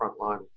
frontline